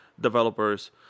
developers